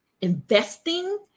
investing